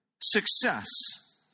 success